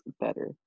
better